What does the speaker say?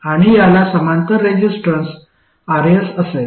आणि याला समांतर रेसिस्टन्स RS असेल